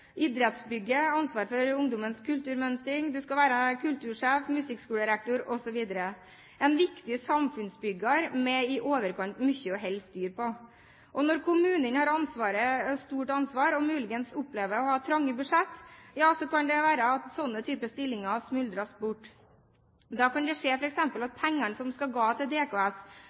idrettsbygget, ansvar for Ungdommens kulturmønstring, du skal være kultursjef, musikkskolerektor osv. – en viktig samfunnsbygger med i overkant mye å holde styr på. Når kommunen har et stort ansvar og muligens opplever å ha trange budsjett, ja så kan det være at sånne typer stillinger smuldrer bort. Da kan det skje f.eks. at pengene som skal gå til DKS,